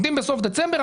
עומדים בסוף דצמבר,